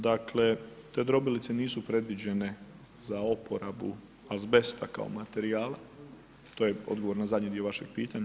Dakle, te drobilice nisu predviđene za oporabu azbesta kao materijala, to je odgovor na zadnji dio vašeg pitanja.